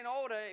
older